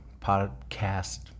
podcast